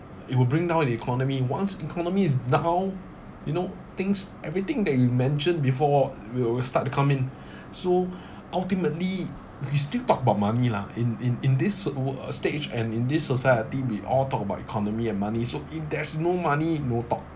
it will bring down the economy once economy is down you know things everything that you mentioned before will will start to come in so ultimately we still talk about money lah in in in this s~ world uh stage and in this society we all talk about economy and money so if there's no money no talk